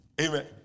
Amen